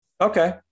Okay